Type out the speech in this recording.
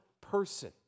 person